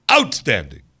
outstanding